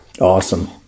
Awesome